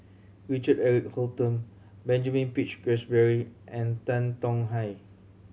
Richard Eric Holttum Benjamin Peach Keasberry and Tan Tong Hye